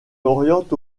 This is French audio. oriente